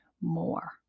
more